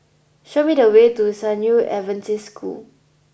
show me the way to San Yu Adventist School